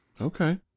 Okay